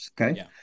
Okay